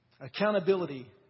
Accountability